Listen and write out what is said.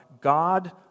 God